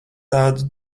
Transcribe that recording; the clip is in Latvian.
tādu